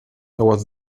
dauert